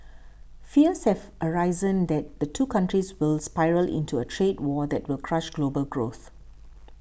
fears have arisen that the two countries will spiral into a trade war that will crush global growth